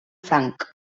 franc